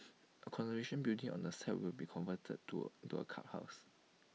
A conservation building on the site will be converted to to A clubhouse